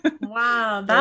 Wow